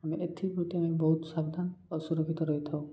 ଆମେ ଏଥିପ୍ରତି ଆମେ ବହୁତ ସାାବଧାନ ଅସୁରକ୍ଷିତ ରହିଥାଉ